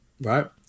right